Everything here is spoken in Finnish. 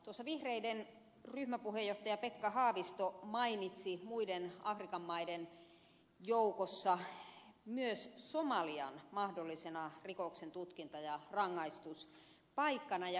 tuossa vihreiden ryhmäpuheenjohtaja pekka haavisto mainitsi muiden afrikan maiden joukossa myös somalian mahdollisena rikosten tutkinta ja rangaistuspaikkana